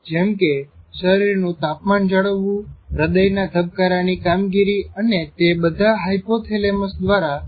જેમ કે શરીરનું તાપમાન જાળવવું હદયના ધબકારાની કામગીરી અને તે બધા હાયપોથેલેમસ દ્વારા નિરિક્ષણ અને નિયંત્રણ થાય છે